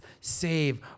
save